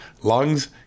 lungs